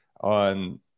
on